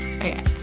okay